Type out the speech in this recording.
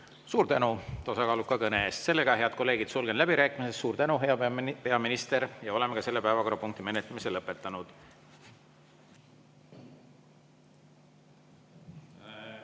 Suur tänu tasakaaluka kõne eest! Head kolleegid, sulgen läbirääkimised. Suur tänu, hea peaminister! Oleme ka selle päevakorrapunkti menetlemise lõpetanud.